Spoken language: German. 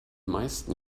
meisten